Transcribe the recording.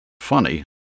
funny